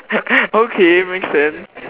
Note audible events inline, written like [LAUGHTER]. [NOISE] okay makes sense